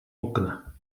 okna